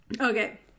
Okay